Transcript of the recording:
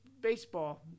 baseball